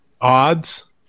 odds